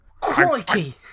Crikey